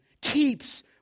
keeps